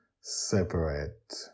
separate